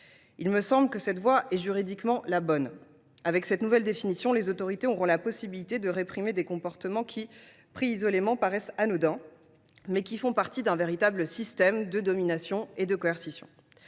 Il me semble que cette voie est juridiquement la bonne. Avec cette nouvelle définition, les autorités auront la possibilité de réprimer des comportements qui, pris isolément, paraissent anodins, mais qui font partie d’un véritable système de domination et de coercition.